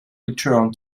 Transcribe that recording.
return